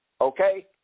Okay